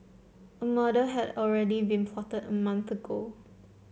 a murder had already been plotted a month ago